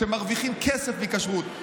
שמרוויחים כסף מכשרות,